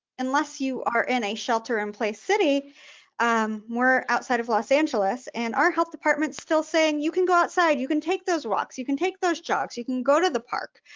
unless you are in a shelter-in-place city um we're outside of los angeles and our health department's still saying you can go outside, you can take those walks, you can take those jogs, you can go to the park.